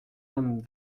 homme